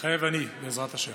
מתחייב אני, בעזרת השם.